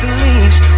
leaves